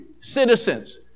citizens